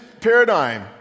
paradigm